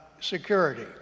security